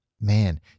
Man